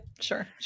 sure